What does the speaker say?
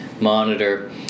monitor